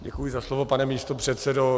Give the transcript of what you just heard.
Děkuji za slovo, pane místopředsedo.